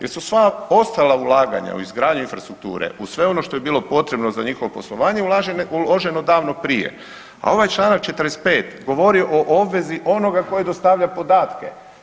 Jer su sva ostala ulaganja u izgradnju infrastrukture, u sve ono što je bilo potrebno za njihovo poslovanje, uloženo davno prije, a ovaj čl. 45 govori o obvezi onoga koji dostavlja podatke.